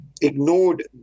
ignored